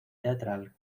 teatral